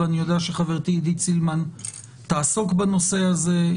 ואני יודע שחברתי עידית סילמן תעסוק בנושא הזה.